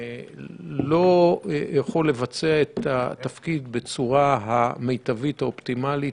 לא יכול לבצע את התפקיד בצורה המיטבית האופטימלית,